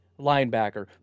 linebacker